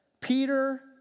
Peter